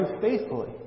faithfully